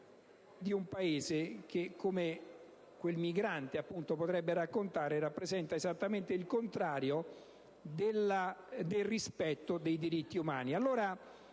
Grazie,